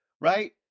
right